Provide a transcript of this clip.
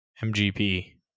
MGP